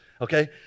Okay